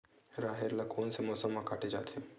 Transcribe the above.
राहेर ल कोन से मौसम म काटे जाथे?